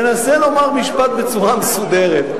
מנסה לומר משפט בצורה מסודרת,